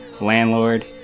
landlord